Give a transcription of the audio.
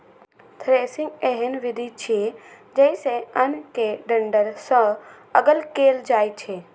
threshing एहन विधि छियै, जइसे अन्न कें डंठल सं अगल कैल जाए छै